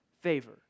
favor